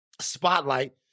spotlight